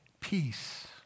peace